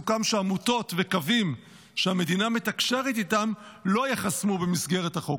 סוכם שעמותות וקווים שהמדינה מתקשרת איתם לא ייחסמו במסגרת החוק.